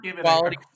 quality